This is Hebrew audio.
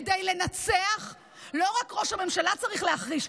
כדי לנצח לא רק ראש הממשלה צריך להחריש,